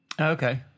Okay